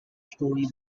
story